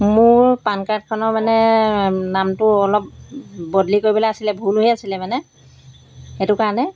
মোৰ পান কাৰ্ডখনৰ মানে নামটো অলপ বদলি কৰিবলে আছিলে ভুল হৈ আছিলে মানে সেইটো কাৰণে